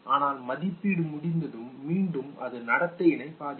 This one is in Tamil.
ஆனால் மதிப்பீடு முடிந்ததும் மீண்டும் அது நடத்தையினை பாதிக்கும்